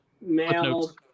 male